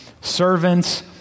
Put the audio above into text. servants